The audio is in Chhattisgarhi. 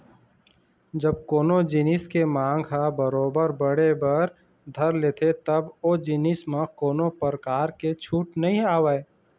जब कोनो जिनिस के मांग ह बरोबर बढ़े बर धर लेथे तब ओ जिनिस म कोनो परकार के छूट नइ आवय